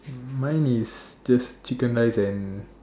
mine is just chicken rice and